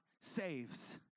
saves